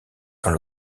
dans